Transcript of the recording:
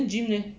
I didn't gym eh